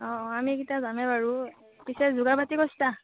অঁ আমিকেইটা যামেই বাৰু পিছে যোগাৰ পাতি কৰিছা